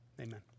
Amen